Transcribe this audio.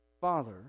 Father